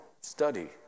study